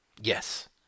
Yes